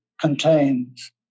contains